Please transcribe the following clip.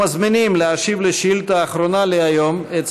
אנו מזמינים להשיב על שאילתה אחרונה להיום את